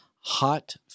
hot